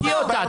תדייקי אותה.